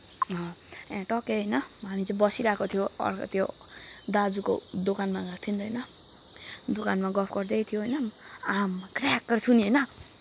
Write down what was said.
टक्कै होइन हामी चाहिँ बसिरहेको थियो अन्त त्यो दाजुको दोकानमा गएको थियो नि त होइन दोकानमा गफ गर्दै थियो होइन आम्मै हो क्र्याक गरेको सुन्यो होइन